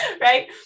right